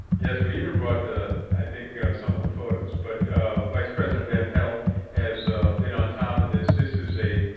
yes, we even brought ah i think some of the photos but vice-president van pelt has been on top of this. this is a,